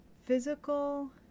physical